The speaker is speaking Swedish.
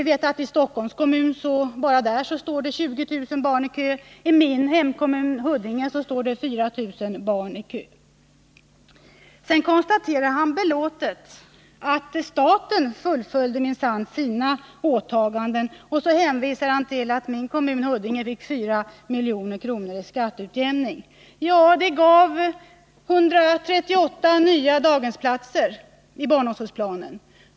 Bara i Stockholms kommun står det 20 000 barn i kö, och i min hemkommun, Huddinge, står 4 000 barn i kö. Vidare konstaterar Gabriel Romanus belåtet att staten minsann fullföljde sina åtaganden och hänvisar till att Huddinge fick 4 milj.kr. i skatteutjämningsbidrag. Det gav 138 nya daghemsplatser i barnomsorgsplanen.